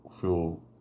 feel